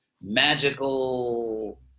magical